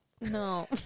No